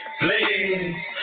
please